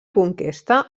conquesta